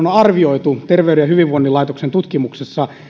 on arvioitu terveyden ja hyvinvoinnin laitoksen tutkimuksissa